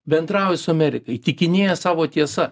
bendrauja su amerika įtikinėja savo tiesa